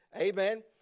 Amen